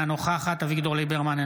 אינה נוכחת אביגדור ליברמן,